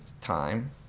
time